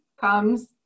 comes